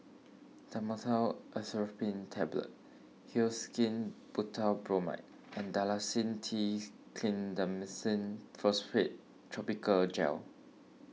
Dhamotil Atropine Tablets Hyoscine Butylbromide and Dalacin T Clindamycin Phosphate Topical Gel